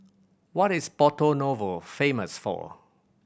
what is Porto Novo famous for